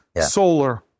solar